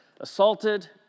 assaulted